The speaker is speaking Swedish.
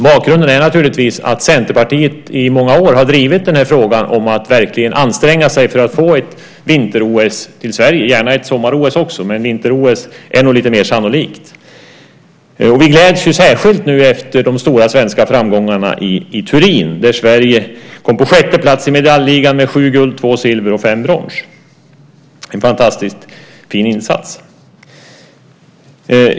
Bakgrunden är naturligtvis att Centerpartiet i många år har drivit frågan om att verkligen anstränga sig för att få ett vinter-OS till Sverige - gärna ett sommar-OS också, men vinter-OS är nog lite mer sannolikt. Vi gläds särskilt nu efter de stora svenska framgångarna i Turin, där Sverige kom på sjätte plats i medaljligan med sju guld, två silver och fem brons. Det är en fantastiskt fin insats.